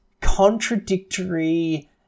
contradictory